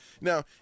now